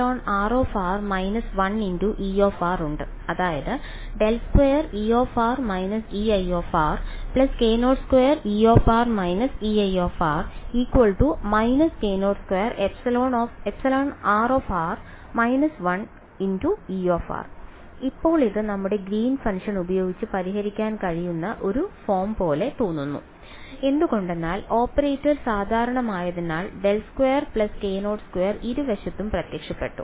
∇2E − Ei k02E − Ei − k02εr − 1E ഇപ്പോൾ ഇത് നമ്മുടെ ഗ്രീൻ ഫംഗ്ഷൻ ഉപയോഗിച്ച് പരിഹരിക്കാൻ കഴിയുന്ന ഒരു ഫോം പോലെ തോന്നുന്നു എന്തുകൊണ്ടെന്നാൽ ഓപ്പറേറ്റർ സാധാരണമായതിനാൽ ∇2 k02 ഇരുവശത്തും പ്രത്യക്ഷപ്പെട്ടു